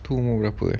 itu umur berapa